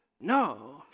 No